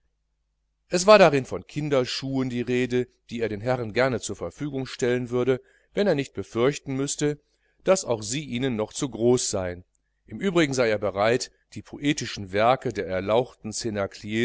es war darin von kinderschuhen die rede die er den herren gerne zur verfügung stellen würde wenn er nicht befürchten müßte daß auch sie ihnen noch zu groß seien im übrigen sei er bereit die poetischen werke der erlauchten